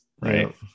right